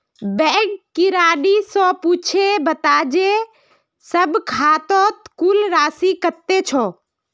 bank किरानी स पूछे बता जे सब खातौत कुल राशि कत्ते छ